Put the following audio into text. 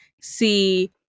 see